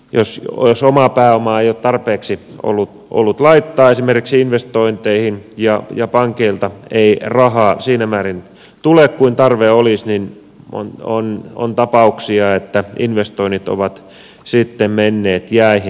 jos omaa pääomaa ei ole tarpeeksi ollut laittaa esimerkiksi investointeihin ja pankeilta ei rahaa siinä määrin tule kuin tarve olisi on tapauksia että investoinnit ovat sitten menneet jäihin